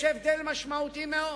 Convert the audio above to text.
יש הבדל משמעותי מאוד.